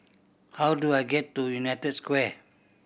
how do I get to United Square